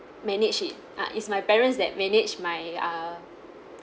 manage it uh is my parents that manage my uh